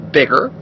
bigger